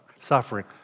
suffering